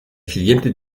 siguiente